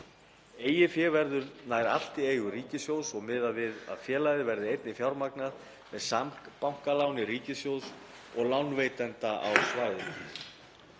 Eigið fé verður nær allt í eigu ríkissjóðs og miðað við að félagið verði einnig fjármagnað með sambankaláni ríkissjóðs og lánveitenda á svæðinu.